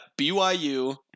BYU